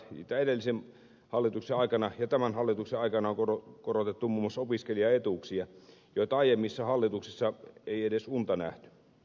edellisen hallituksen aikana ja tämän hallituksen aikana on korotettu muun muassa opiskelijaetuuksia joista aiemmissa hallituksissa ei edes unta nähty